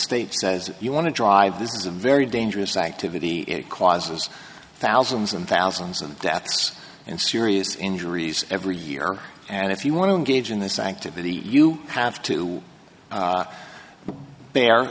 state says you want to drive this is a very dangerous activity it causes thousands and thousands of deaths and serious injuries every year and if you want to engage in this activity you have to bear